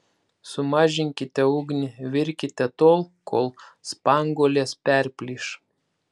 sumažinkite ugnį virkite tol kol spanguolės perplyš